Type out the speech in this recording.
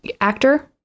actor